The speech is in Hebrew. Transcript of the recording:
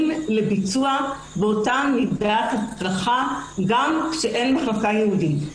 לביצוע באותה מידת הצלחה גם כשאין מחלקה ייעודית.